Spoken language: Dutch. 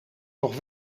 toch